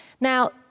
Now